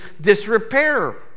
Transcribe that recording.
disrepair